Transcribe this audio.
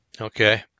okay